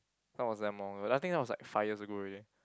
that was damn long I think that was like five years ago already